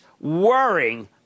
worrying